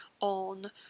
on